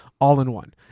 all-in-one